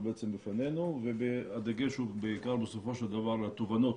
בפנינו והדגש הוא בעיקר בסופו של דבר התובנות